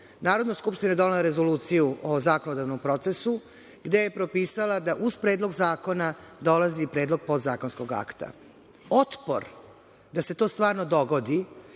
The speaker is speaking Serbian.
Narodna skupština je donela Rezoluciju o zakonodavnom procesu, gde je propisala da uz predlog zakona dolazi i predlog podzakonskog akta. Otpor da se to stvarno dogodi